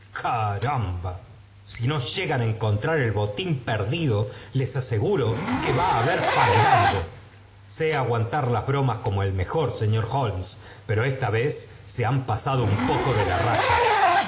si no liegan á encontrar el botín perdido les aseguro que va á haber fandango i sé aguantar las bromas como el mejor señor holmes pero esta vez se han pasado un poco de la raya